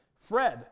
Fred